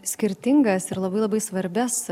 skirtingas ir labai labai svarbias